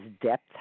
depth